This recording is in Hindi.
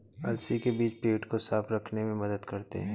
अलसी के बीज पेट को साफ़ रखने में मदद करते है